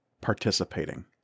participating